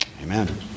amen